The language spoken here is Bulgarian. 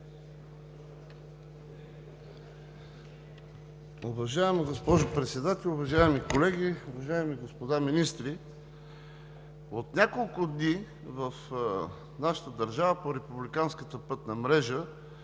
Уважаема госпожо Председател, уважаеми колеги, уважаеми господа министри! От няколко дни в нашата държава по републиканската пътна мрежа